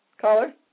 caller